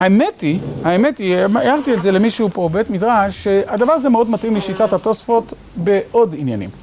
האמת היא, האמת היא, הערתי את זה למישהו פה בבית מדרש, שהדבר הזה מאוד מתאים לשיטת התוספות בעוד עניינים.